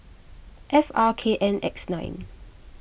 F R K N X nine